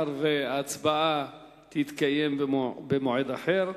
הצבעה תתקיים במועד אחר.